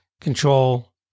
control